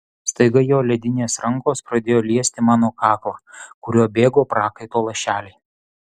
staiga jo ledinės rankos pradėjo liesti mano kaklą kuriuo bėgo prakaito lašeliai